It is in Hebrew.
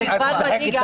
אין לנו ויכוח.